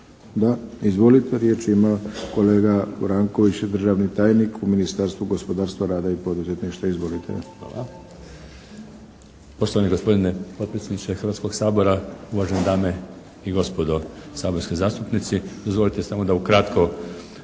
Da. Izvolite. Riječ ima kolega Vranković, državni tajnik u Ministarstvu gospodarstva, rada i poduzetništva. Izvolite.